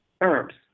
herbs